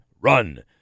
run